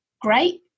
great